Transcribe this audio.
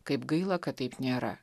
kaip gaila kad taip nėra